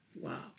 Wow